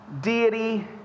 deity